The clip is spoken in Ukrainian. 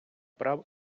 прав